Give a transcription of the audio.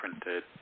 printed